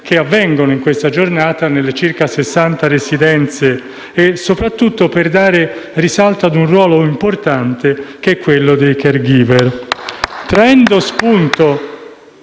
che avvengono in questa giornata nelle circa 60 residenze, soprattutto per dare risalto ad un ruolo importante, quello dei *caregiver*. *(Applausi